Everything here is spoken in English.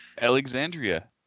Alexandria